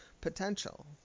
potential